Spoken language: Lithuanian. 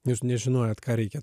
jūs nežinojot ką reikia